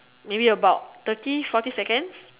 maybe about thirty forty seconds